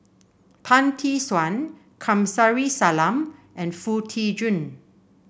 Tan Tee Suan Kamsari Salam and Foo Tee Jun